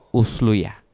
usluya